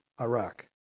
Iraq